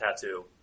tattoo